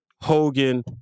Hogan